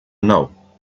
know